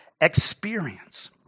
experience